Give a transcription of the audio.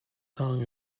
sung